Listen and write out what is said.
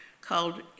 called